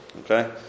Okay